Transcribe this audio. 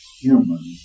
human